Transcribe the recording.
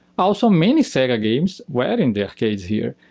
also, many sega games were in the arcades here,